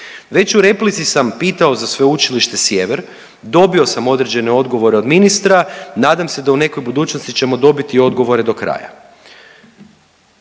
Već u replici sam pitao za Sveučilište Sjever, dobio sam određene odgovore od ministra, nadam se da u nekoj budućnosti ćemo dobiti odgovore do kraja.